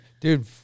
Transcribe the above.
Dude